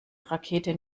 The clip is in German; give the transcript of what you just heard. rakete